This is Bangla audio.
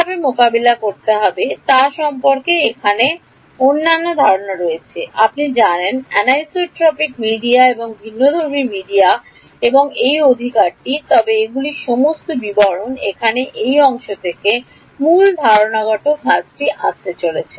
কীভাবে মোকাবেলা করতে হবে তা সম্পর্কে এখানে অন্যান্য ধারণা রয়েছে আপনি জানেন অ্যানিসোট্রপিক মিডিয়া এবং ভিন্নধর্মী মিডিয়া এবং এই অধিকারটি তবে এগুলি সমস্ত বিবরণ এখানে এই অংশ থেকে মূল ধারণাগত কাজটি আসতে চলেছে